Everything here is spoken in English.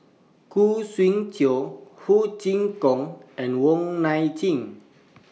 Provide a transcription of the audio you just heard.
Khoo Swee Chiow Ho Chee Kong and Wong Nai Chin